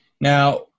Now